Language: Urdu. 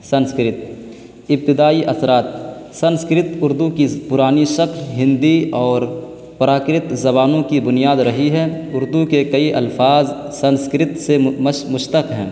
سنسکرت ابتدائی اثرات سنسکرت اردو کی پرانی شکل ہندی اور پراکرت زبانوں کی بنیاد رہی ہے اردو کے کئی الفاظ سنسکرت سے مشتک ہیں